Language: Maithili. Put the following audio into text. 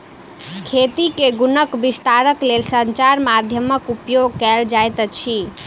खेती के गुणक विस्तारक लेल संचार माध्यमक उपयोग कयल जाइत अछि